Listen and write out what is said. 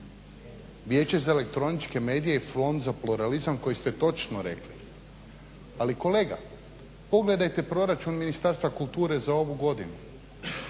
Vijeće za elektroničke medije i … za pluralizam koji ste točno rekli? Ali kolega pogledajte proračun Ministarstva kulture za ovu godinu.